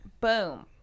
boom